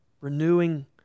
renewing